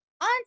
on